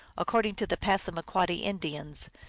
according to the passamaquoddy indians,